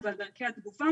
ה' בתמוז התשפ"ב,